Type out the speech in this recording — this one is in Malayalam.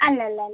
അല്ല അല്ല അല്ല